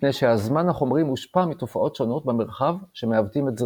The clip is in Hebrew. מפני שהזמן החומרי מושפע מתופעות שונות במרחב שמעוותים את זרימתו.